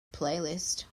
playlist